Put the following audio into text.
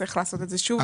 צריך לעשות את זה שוב.